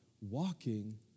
Walking